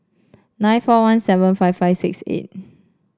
nine four one seven five five six eight